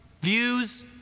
views